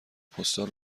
پستال